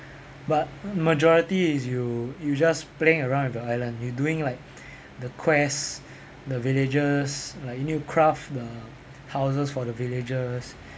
but majority is you you just playing around with the island you doing like the quest the villagers like you need to craft the houses for the villagers